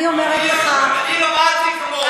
אני למדתי כמוהו.